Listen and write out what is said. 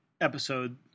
episode